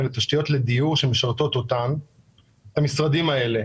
אלו תשתיות לדיור שמשרתות את המשרדים האלה.